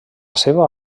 seva